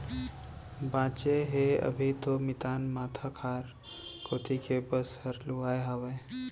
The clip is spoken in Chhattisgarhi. बांचे हे अभी तो मितान माथा खार कोती के बस हर लुवाय हावय